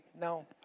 no